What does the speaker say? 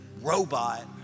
robot